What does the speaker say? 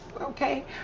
Okay